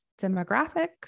demographics